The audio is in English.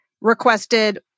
requested